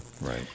Right